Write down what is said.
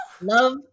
Love